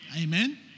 Amen